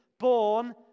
born